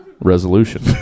Resolution